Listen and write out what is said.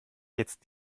jetzt